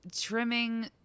trimming